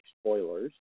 spoilers